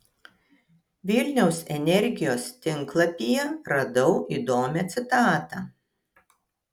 vilniaus energijos tinklapyje radau įdomią citatą